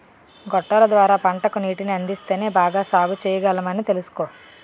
గొట్టాల ద్వార పంటకు నీటిని అందిస్తేనే బాగా సాగుచెయ్యగలమని తెలుసుకో